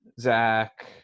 Zach